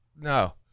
No